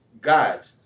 God